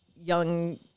young